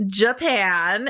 japan